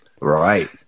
Right